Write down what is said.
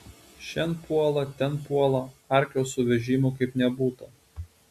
šen puola ten puola arklio su vežimu kaip nebūta